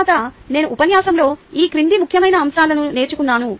తరువాత నేను ఉపన్యాసంలో ఈ క్రింది ముఖ్యమైన అంశాలను నేర్చుకున్నాను